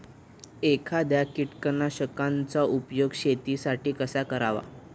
एखाद्या कीटकनाशकांचा उपयोग शेतीसाठी कसा करावा?